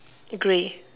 grey